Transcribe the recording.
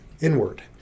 inward